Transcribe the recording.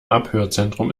abhörzentrum